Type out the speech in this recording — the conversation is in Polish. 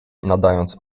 nadając